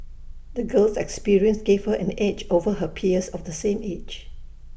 the girl's experiences gave her an edge over her peers of the same age